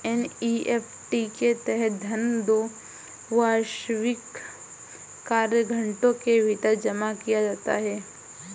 NEFT के तहत धन दो व्यावसायिक कार्य घंटों के भीतर जमा किया जाता है